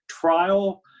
trial